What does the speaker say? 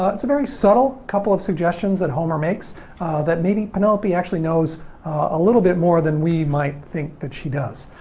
ah it's a very subtle couple of suggestions that homer makes that maybe penelope actually knows a little bit more than we might think that she does.